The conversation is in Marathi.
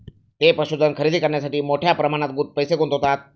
ते पशुधन खरेदी करण्यासाठी मोठ्या प्रमाणात पैसे गुंतवतात